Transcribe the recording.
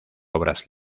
obras